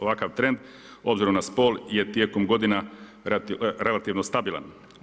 Ovakav trend obzirom na spol je tijekom godina relativno stabilan.